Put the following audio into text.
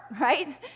right